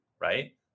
right